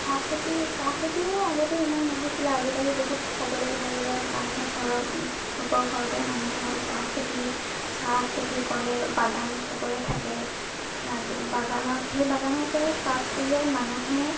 চাহখেতি চাহখেতিও আগতে ইমান নহৈছিলে আজিকালি বহুত হ'বলৈ ধৰিলে মানুহে ঘৰৰ চবৰ ঘৰতে মানুহৰ চাহখেতি চাহখেতি কৰে বাগান চবৰে থাকে আজি বাগানত সেই বাগানৰ পৰাই পাত উলিয়াই মানুহে